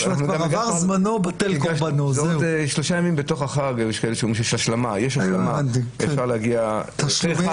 כאן זה לא הלכה.